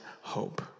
hope